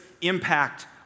impact